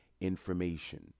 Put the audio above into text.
information